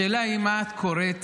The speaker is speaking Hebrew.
השאלה היא למה את קוראת